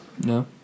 No